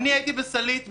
אני הייתי בסלעית בשיקומים.